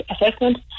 assessment